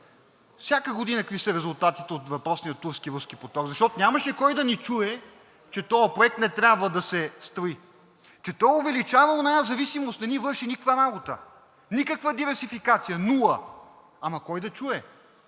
всяка година какви са резултатите от въпросния Турски, Руски поток, защото нямаше кой да ни чуе, че този проект не трябва да се строи, че той увеличава онази зависимост, не ни върши никаква работа. Никаква диверсификация, нула! Ама кой да чуе?!